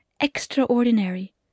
extraordinary